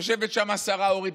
יושבת שם השרה אורית,